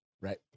Right